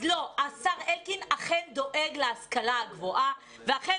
השר אלקין אכן דואג להשכלה הגבוהה ואכן